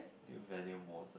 do you value most